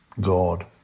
God